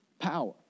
Power